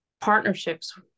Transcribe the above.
partnerships